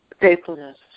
Faithfulness